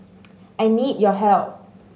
I need your help